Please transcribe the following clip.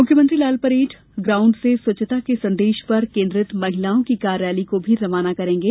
मुख्यमंत्री कल लालपरेड ग्राउण्ड से स्वच्छता के संदेश पर केन्द्रित महिलाओं की कार रैली को भी रवाना करेंगे